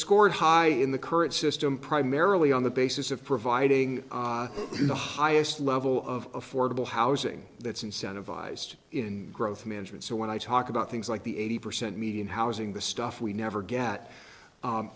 scored high in the current system primarily on the basis of providing the highest level of affordable housing that's incentivized in growth management so when i talk about things like the eighty percent median housing the stuff we never get